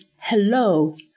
Hello